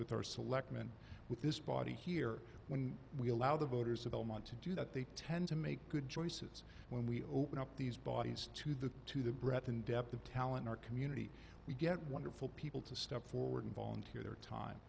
with our selectmen with this body here when we allow the voters of elmont to do that they tend to make good choices when we open up these bodies to the to the breadth and depth of talent our community we get wonderful people to step forward and volunteer their time